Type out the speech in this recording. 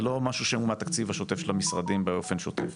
זה לא משהו שהוא בתקציב השוטף של המשרדים באופן שוטף.